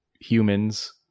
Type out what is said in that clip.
humans